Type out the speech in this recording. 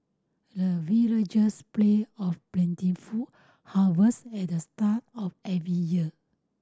the villagers pray of plentiful harvest at the start of every year